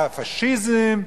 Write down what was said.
נגד הפאשיזם,